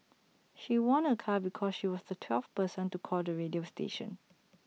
she won A car because she was the twelfth person to call the radio station